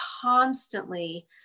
constantly